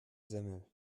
semmeln